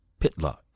Pitlock